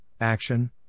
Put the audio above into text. action